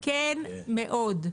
כן, מאוד.